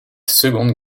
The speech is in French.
seconde